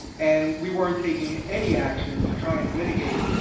and we weren't taking any action to try and mitigate